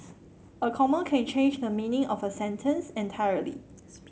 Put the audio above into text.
a comma can change the meaning of a sentence entirely